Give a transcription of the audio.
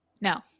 No